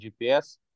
gps